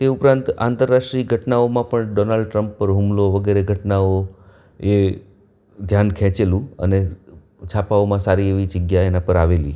તે ઉપરાંત આંતરરાષ્ટ્રિય ઘટનાઓમાં પણ ડોનાલ્ડ ટ્રંપ પર હુમલો વગેરે ઘટનાઓ એ ધ્યાન ખેંચેલું અને છાપાઓમાં સારી એવી જગ્યા એના પર આવેલી